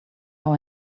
how